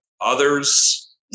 others